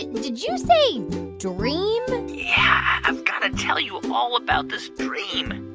did you say dream? yeah, i've got to tell you all about this dream.